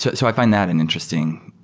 so so i fi nd that and interesting.